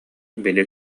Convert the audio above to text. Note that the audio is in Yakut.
били